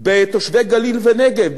בתושבי הגליל והנגב,